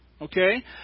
Okay